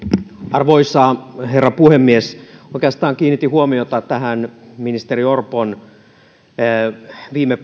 arvoisa herra puhemies oikeastaan kiinnitin huomiota ministeri orpon viime